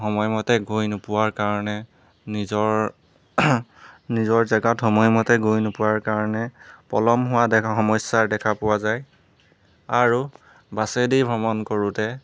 সময়মতে গৈ নোপোৱাৰ কাৰণে নিজৰ নিজৰ জেগাত সময়মতে গৈ নোপোৱাৰ কাৰণে পলম হোৱাৰ দেখা সমস্যা দেখা পোৱা যায় আৰু বাছেদি ভ্ৰমণ কৰোঁতে